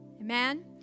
amen